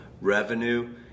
revenue